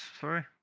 sorry